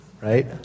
right